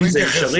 זה אפשרי.